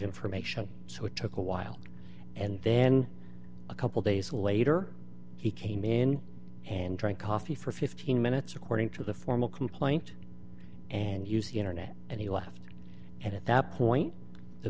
information so it took a while and then a couple days later he came in and drank coffee for fifteen minutes according to the formal complaint and use the internet and he left and at that point the